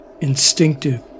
instinctive